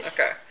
Okay